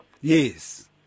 Yes